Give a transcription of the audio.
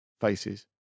faces